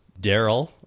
Daryl